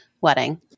wedding